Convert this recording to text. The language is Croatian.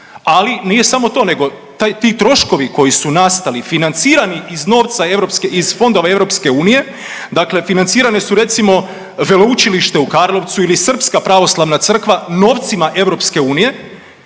Ali, nije samo to, nego ti troškovi koji su nastali, financirani iz novca europske, iz fondova EU, dakle financirane su, recimo, Veleučilište u Karlovcu ili srpska pravoslavna crkva novcima EU,